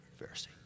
Pharisee